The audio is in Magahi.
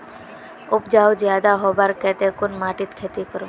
उपजाऊ ज्यादा होबार केते कुन माटित खेती करूम?